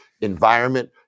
environment